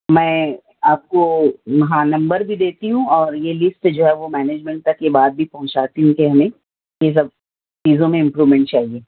میں آپ کو ہاں نمبر بھی دیتی ہوں اور یہ لیسٹ جو ہے وہ مینجمنٹ تک یہ بات بھی پہنچاتی ہوں کہ ہمیں یہ سب چیزوں میں امپرومنٹ چاہیے